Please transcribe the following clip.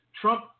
Trump